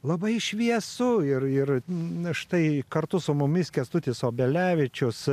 labai šviesu ir ir na štai kartu su mumis kęstutis obelevičius